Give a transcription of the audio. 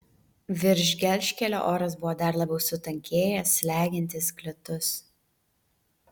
virš gelžkelio oras buvo dar labiau sutankėjęs slegiantis glitus